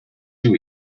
you